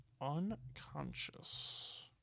unconscious